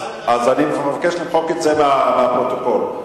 אני מבקש למחוק את זה מהפרוטוקול.